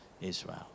Israel